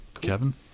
Kevin